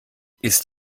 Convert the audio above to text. ist